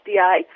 FDI